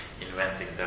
inventing